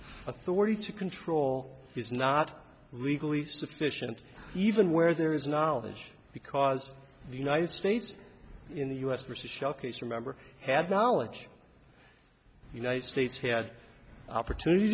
authority to control is not legally sufficient even where there is knowledge because the united states in the u s versus showcase remember had knowledge united states had opportunity